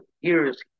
years